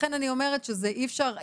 לכן אני אומרת שאי אפשר,